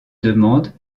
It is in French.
demande